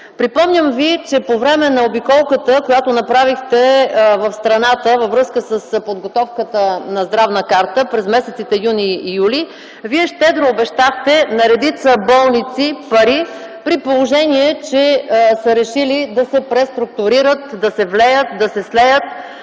Припомням Ви, че по време на обиколката, която направихте в страната, във връзка с подготовката на здравна карта през месеците юни и юли, Вие щедро обещахте на редица болници пари, при положение, че сте решили да се преструктурират, да се влеят, да се слеят